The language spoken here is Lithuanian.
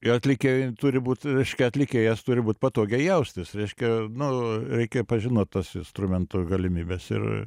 ir atlikėjui turi būt reiškia atlikėjas turi būt patogiai jaustis reiškia nu reikia pažinot tas instrumentų galimybes ir